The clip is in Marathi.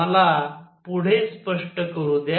मला पुढे स्पष्ट करू द्या